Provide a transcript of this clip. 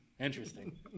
Interesting